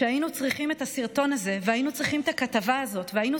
שהיינו צריכים את הסרטון הזה והיינו צריכים את הכתבה הזאת והיינו